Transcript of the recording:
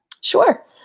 Sure